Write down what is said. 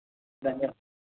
ధన్యం